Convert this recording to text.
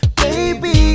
baby